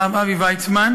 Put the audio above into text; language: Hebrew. הרב אבי ויצמן,